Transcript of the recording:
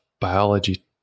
biology